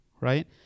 right